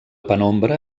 penombra